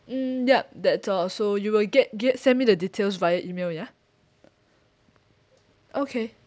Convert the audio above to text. mm yup that's all so you will get get sent me the details via email ya okay